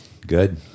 Good